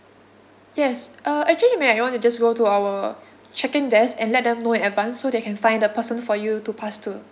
yes uh actually you might want to just go to our check in desk and let them know in advance so they can find a person for you to pass to